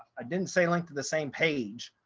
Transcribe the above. i didn't say link to the same page.